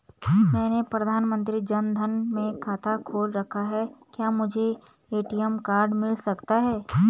मैंने प्रधानमंत्री जन धन में खाता खोल रखा है क्या मुझे ए.टी.एम कार्ड मिल सकता है?